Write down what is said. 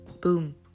boom